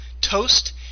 toast